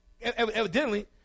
Evidently